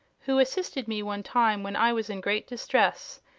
who assisted me one time when i was in great distress,